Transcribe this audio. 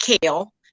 kale